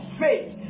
faith